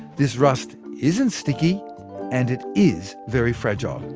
this rust isn't sticky and it is very fragile.